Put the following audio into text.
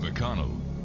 McConnell